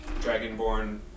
dragonborn